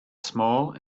small